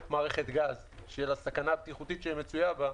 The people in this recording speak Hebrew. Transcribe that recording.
מערכת גז בשל הסכנה הבטיחותית שמצויה בה,